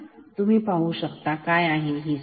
तुम्ही पाहू शकता काय आहे ही संख्या